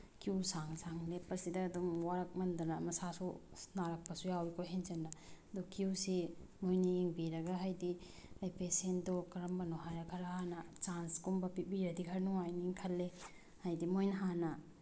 Q ꯁꯥꯡ ꯁꯥꯡꯅ ꯂꯦꯞꯄꯁꯤꯗ ꯑꯗꯨꯝ ꯋꯥꯔꯛꯃꯟꯗꯅ ꯃꯁꯥꯁꯨ ꯅꯥꯔꯛꯄꯁꯨ ꯌꯥꯎꯋꯤꯀꯣ ꯍꯦꯟꯖꯤꯟꯅ ꯑꯗꯨ ꯀ꯭ꯌꯨꯁꯤ ꯃꯣꯏꯅ ꯌꯦꯡꯕꯤꯔꯒ ꯍꯥꯏꯗꯤ ꯄꯦꯁꯦꯟꯗꯣ ꯀꯔꯝꯕꯅꯣ ꯍꯥꯏꯔ ꯈꯔ ꯍꯥꯟꯅ ꯆꯥꯟꯁꯀꯨꯝꯕ ꯄꯤꯕꯤꯔꯗꯤ ꯈꯔ ꯅꯨꯡꯉꯥꯏꯅꯤꯅ ꯈꯜꯂꯤ ꯍꯥꯏꯗꯤ ꯃꯣꯏꯅ ꯍꯥꯟꯅ